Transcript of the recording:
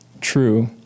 true